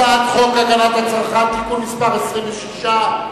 הצעת חוק הגנת הצרכן (תיקון מס' 26),